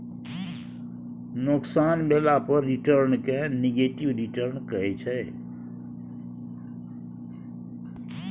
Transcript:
नोकसान भेला पर रिटर्न केँ नेगेटिव रिटर्न कहै छै